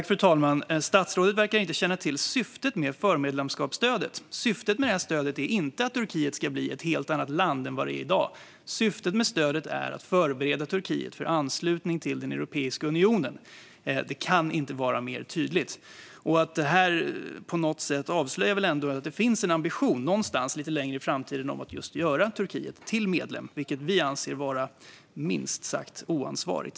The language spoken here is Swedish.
Fru talman! Statsrådet verkar inte känna till syftet med förmedlemskapsstödet. Syftet med stödet är inte att Turkiet ska bli ett helt annat land än det är i dag. Syftet med stödet är att förbereda Turkiet för anslutning till Europeiska unionen. Det kan inte vara tydligare. Detta avslöjar ändå på något sätt att det finns en ambition någonstans att lite längre fram i tiden göra Turkiet till medlem. Det anser vi vara minst sagt oansvarigt.